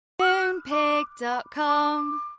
Moonpig.com